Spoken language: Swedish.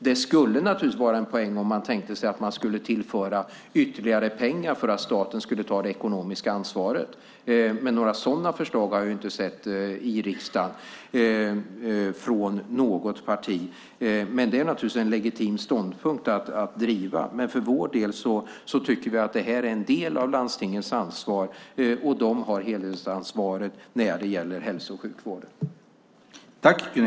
Det skulle naturligtvis vara en poäng om man tänker sig att tillföra ytterligare pengar för att staten ska ta det ekonomiska ansvaret. Men några sådana förslag har jag inte sett i riksdagen från något parti. Det är naturligtvis en legitim ståndpunkt att driva. För vår del tycker vi att det här är en del av landstingens ansvar, och de har helhetsansvaret när det gäller hälso och sjukvården.